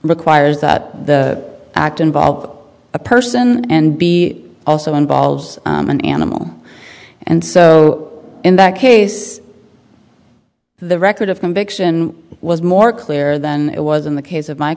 requires that the act involve a person and b also involves an animal and so in that case the record of conviction was more clear than it was in the case of my